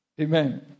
Amen